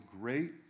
great